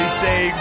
say